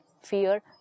fear